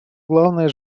главной